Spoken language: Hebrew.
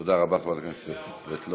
תודה רבה, חברת הכנסת סבטלובה.